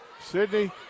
Sydney